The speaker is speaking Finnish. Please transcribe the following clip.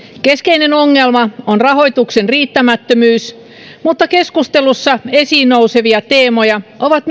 keskeinen ongelma on rahoituksen riittämättömyys mutta keskustelussa esiin nousevia teemoja ovat